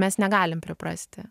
mes negalim priprasti